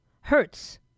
hurts